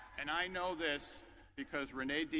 and i know this because rene